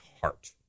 heart